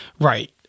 Right